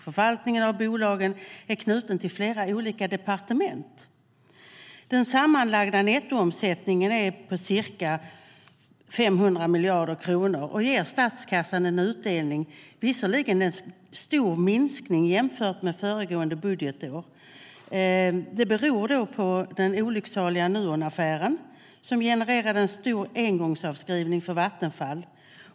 Förvaltningen av bolagen är knuten till flera olika departement. Den sammanlagda nettoomsättningen är på ca 500 miljarder kronor och ger statskassan en utdelning. Visserligen var det nu en stor minskning jämfört med föregående budgetår. Det beror på den olycksaliga Nuonaffären som genererade en stor engångsavskrivning för Vattenfall.